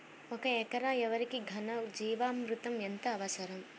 ఒక ఎకరా వరికి ఘన జీవామృతం ఎంత అవసరం?